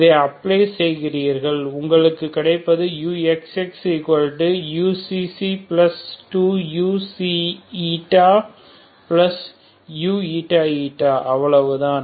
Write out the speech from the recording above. இதை அப்ளை செயகின்றீர்கள் உங்களுக்கு கிடைப்பதுuxx uξξ2uξηuηη இவ்வளவு தான்